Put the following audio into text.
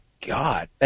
god